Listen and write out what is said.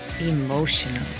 Emotional